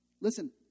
Listen